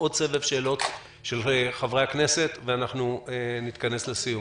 עוד סבב שאלות של חברי הכנסת ואז נתכנס לסיום.